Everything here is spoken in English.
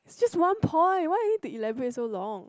is just one point why you need to elaborate so long